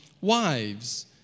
wives